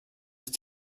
ist